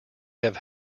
have